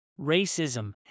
racism